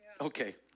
Okay